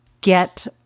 get